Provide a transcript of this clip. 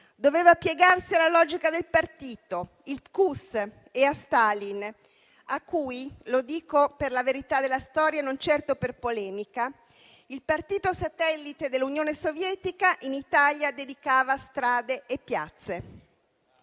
doveva piegarsi alla logica del partito, il PCUS, e a Stalin, a cui - lo dico per la verità della storia, non certo per polemica - il partito satellite dell'Unione Sovietica in Italia dedicava strade e piazze.